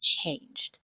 changed